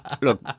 Look